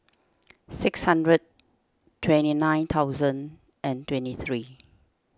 six hundred twenty nine thousand and twenty three